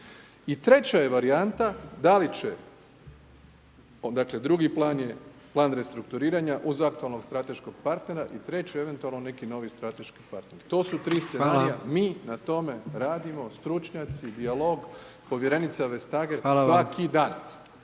I treća je varijanta da li će, dakle drugi plan je plan restrukturiranja uz aktualnog strateškog partnera i treće eventualno neki novi strateški partnera. To su tri scenarija, mi na tom radimo, stručnjaci, povjerenica …/Govornik se